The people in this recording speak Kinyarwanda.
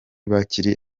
bakiri